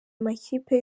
amakipe